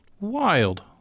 Wild